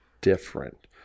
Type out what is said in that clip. different